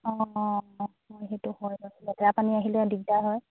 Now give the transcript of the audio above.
অঁ অঁ হয় সেইটো হয় বাৰু লেতেৰা পানী আহিলে দিগদাৰ হয়